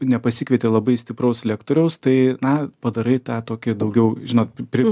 nepasikvieti labai stipraus lektoriaus tai na padarai tą tokį daugiau žinot pri